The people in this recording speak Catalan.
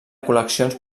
col·leccions